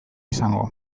izango